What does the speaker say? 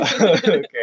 Okay